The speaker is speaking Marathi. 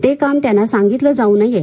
ते काम त्यांना सांगितले जाऊ नये